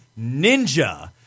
NINJA